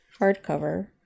hardcover